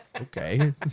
Okay